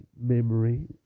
memory